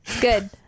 Good